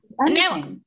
now